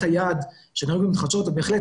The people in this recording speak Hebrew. אני נכנסת לתפקיד החשוב הזה בענווה